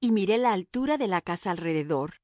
y miré la altura de la casa alrededor